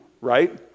right